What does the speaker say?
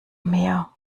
mehr